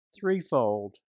threefold